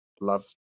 love